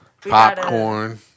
popcorn